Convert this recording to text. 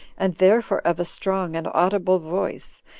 and therefore of a strong and audible voice,